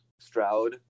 Stroud